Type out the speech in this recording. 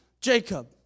Jacob